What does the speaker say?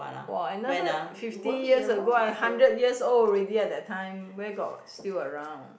!wah! another fifty years ago I hundred years old already lah that time where got still around